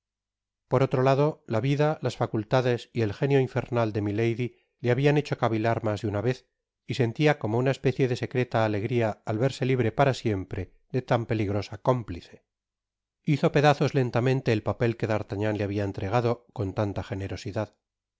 por otro lado la vida las facultades y el genio infernal de milady le habian hecho cavilar mas de una vez y senüa como una especie de secreta alegria al verso libre para siempre de tan peligrosa cómplice hizo pedazos lentamente el papel que d'artagnan le habia entregado con tanta generosidad